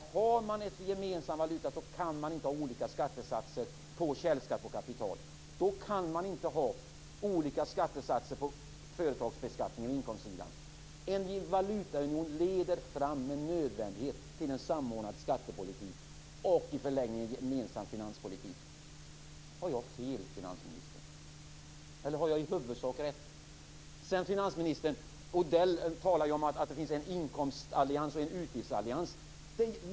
Har man en gemensam valuta så kan man inte ha olika skattesatser på källskatt på kapital. Då kan man inte ha olika skattesatser på företagsbeskattningen och inkomstsidan. En valutaunion leder med nödvändighet fram till en samordnad skattepolitik och i förlängningen till en gemensam finanspolitik. Har jag fel, finansministern? Eller har jag i huvudsak rätt? Finansministern! Odell talar ju om att det finns en inkomstallians och en utgiftsallians.